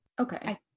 Okay